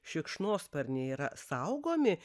šikšnosparniai yra saugomi